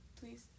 Please